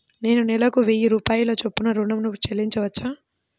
నేను నెలకు వెయ్యి రూపాయల చొప్పున ఋణం ను చెల్లించవచ్చా?